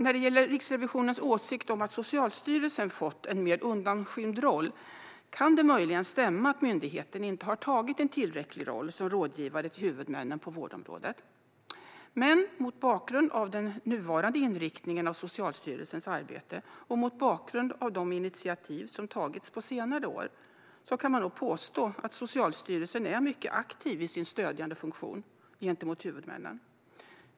När det gäller Riksrevisionens åsikt att Socialstyrelsen fått en mer undanskymd roll kan det möjligen stämma att myndigheten inte har tagit en tillräcklig roll som rådgivare till huvudmännen på vårdområdet. Men mot bakgrund av den nuvarande inriktningen av Socialstyrelsens arbete, och mot bakgrund av de initiativ som tagits på senare år, kan man nog påstå att Socialstyrelsen är mycket aktiv i sin stödjande funktion gentemot huvudmännen.